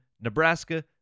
Nebraska